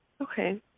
Okay